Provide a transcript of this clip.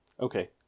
Okay